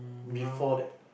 before that